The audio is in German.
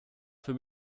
für